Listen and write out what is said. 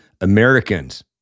Americans